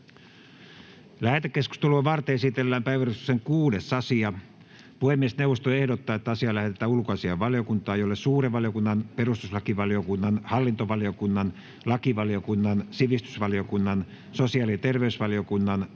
Lähetekeskustelua varten esitellään päiväjärjestyksen 6. asia. Puhemiesneuvosto ehdottaa, että asia lähetetään ulkoasiainvaliokuntaan, jolle suuren valiokunnan, perustuslakivaliokunnan, hallintovaliokunnan, lakivaliokunnan, sivistysvaliokunnan, sosiaali- ja terveysvaliokunnan,